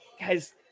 guys